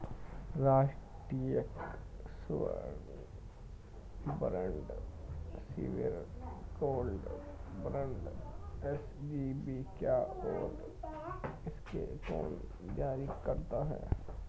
राष्ट्रिक स्वर्ण bond sovereign gold bond SGB क्या है और इसे कौन जारी करता है?